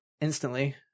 instantly